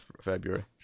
february